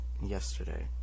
yesterday